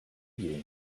you